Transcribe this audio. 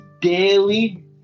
daily